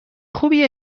خوبی